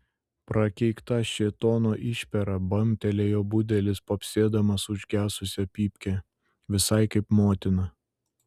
prakeikta šėtono išpera bambtelėjo budelis papsėdamas užgesusią pypkę visai kaip motina